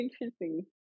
interesting